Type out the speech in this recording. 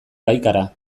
baikara